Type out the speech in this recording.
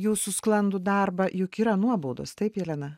jūsų sklandų darbą juk yra nuobaudos taip jelena